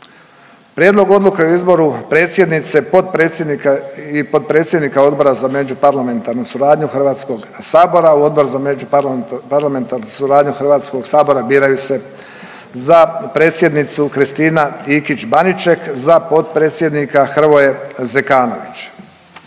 Prijedlog odluke o izboru predsjednice, potpredsjednika Odbora za međuparlamentarnu suradnju HS-a, u Odbor za međuparlamentarnu suradnju HS-a biraju se za predsjednicu Kristina Ikić Baniček, za potpredsjednika Hrvoje Zekanović.